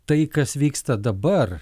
tai kas vyksta dabar